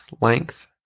length